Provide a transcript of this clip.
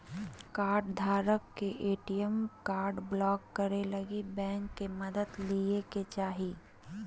कार्डधारक के ATM card block करे लगी बैंक के मदद लय के चाही